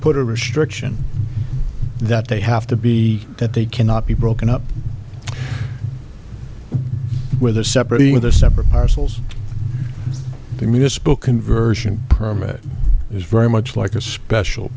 put a restriction that they have to be that they cannot be broken up with a separate with a separate parcels the municipal conversion permit is very much like a special